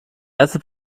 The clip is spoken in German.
erste